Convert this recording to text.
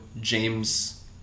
James